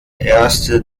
erste